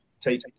take